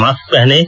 mask पहनें